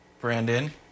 Brandon